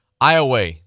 Iowa